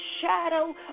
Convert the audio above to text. shadow